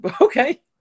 Okay